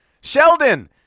Sheldon